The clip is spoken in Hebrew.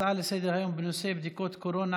ההצעה לסדר-היום בנושא בדיקות קורונה